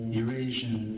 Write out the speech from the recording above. Eurasian